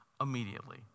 immediately